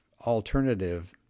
alternative